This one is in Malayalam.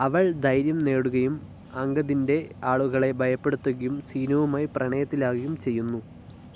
അവൾ ധൈര്യം നേടുകയും അങ്കദിന്റെ ആളുകളെ ഭയപ്പെടുത്തുകയും സീനുവുമായി പ്രണയത്തിലാകുകയും ചെയ്യുന്നു